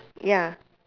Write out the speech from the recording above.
ya